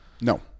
No